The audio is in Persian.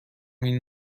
این